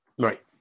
Right